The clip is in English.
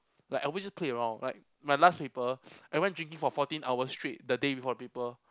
like I always just play around like my last paper I went drinking for fourteen hours straight the day before the paper